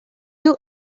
you